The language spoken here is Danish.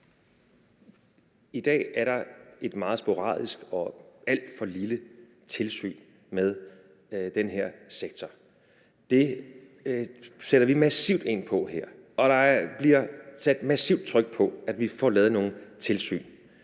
I dag er der et meget sporadisk og alt for lille tilsyn med den her sektor. Det sætter vi massivt ind over for her. Der bliver sat massivt tryk på, at vi får lavet nogle tilsyn.